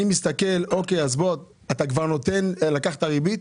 כבר לקחת ריבית,